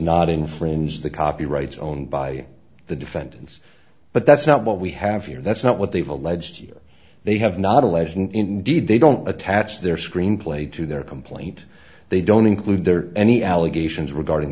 not infringe the copyrights owned by the defendants but that's not what we have here that's not what they've alleged here they have not allege and indeed they don't attach their screenplay to their complaint they don't include there are any allegations regarding